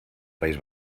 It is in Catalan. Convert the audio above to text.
país